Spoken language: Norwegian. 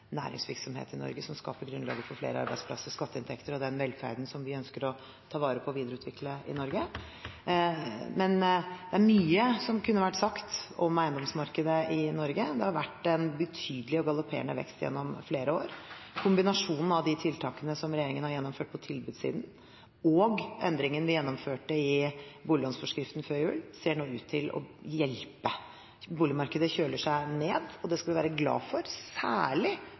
næringsvirksomhet i Norge som skaper grunnlag for flere arbeidsplasser og skatteinntekter og den velferden vi ønsker å ta vare på og videreutvikle i Norge. Det er mye som kunne vært sagt om eiendomsmarkedet i Norge. Det har vært en betydelig og galopperende vekst gjennom flere år. Kombinasjonen av de tiltakene som regjeringen har gjennomført på tilbudssiden, og endringen som vi gjennomførte i boliglånsforskriften før jul, ser nå ut til å hjelpe. Boligmarkedet kjøler seg ned, og det skal vi være glad for, særlig